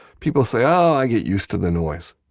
people say, oh, i get used to the noise.